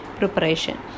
preparation